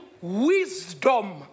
wisdom